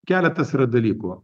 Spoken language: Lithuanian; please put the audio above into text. keletas yra dalykų